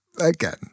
again